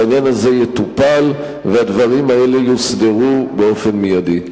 שהעניין הזה יטופל והדברים האלה יוסדרו באופן מיידי.